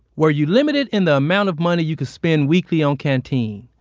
were you limited in the amount of money you could spend weekly on canteen?